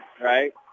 right